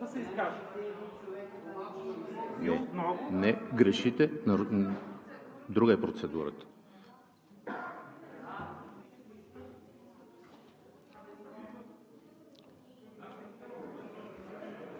Не, грешите – друга е процедурата.